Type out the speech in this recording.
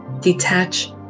detach